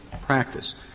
practice